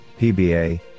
PBA